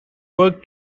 worked